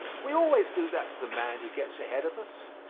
we always do that to the man who gets ahead of us.